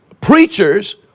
preachers